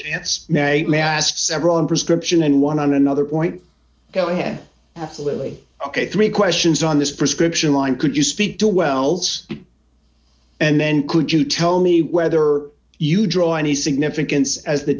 chance mary mask several on prescription and one on another point go ahead absolutely ok three questions on this prescription line could you speak to wells and then could you tell me whether you draw any significance as the